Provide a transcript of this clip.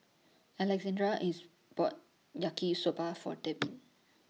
Alexandria IS bought Yaki Soba For Devyn